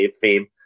fame